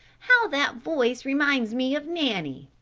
how that voice reminds me of nanny.